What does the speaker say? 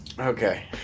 Okay